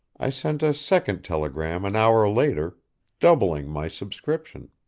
i sent a second telegram an hour later doubling my subscription.